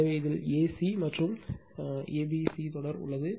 எனவே இதில் a c மற்றும் ஏ சி பி தொடர் உள்ளது